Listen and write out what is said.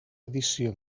edició